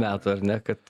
metų ar ne kad